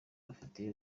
bafite